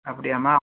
அப்படியாம்மா